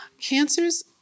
cancer's